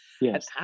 yes